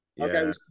Okay